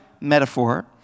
metaphor